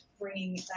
bringing